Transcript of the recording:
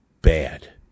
bad